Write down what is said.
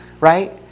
right